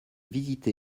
visité